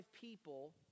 people